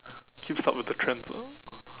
keeps up with the trends ah